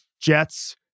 Jets